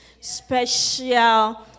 special